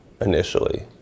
initially